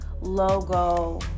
logo